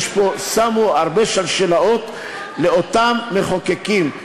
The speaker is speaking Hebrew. שמו הרבה שלשלאות לאותם מחוקקים.